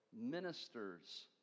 ministers